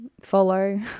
follow